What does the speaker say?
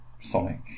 Sonic